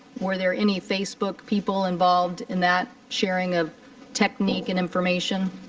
were there any facebook people involved in that sharing of technique and information?